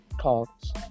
thoughts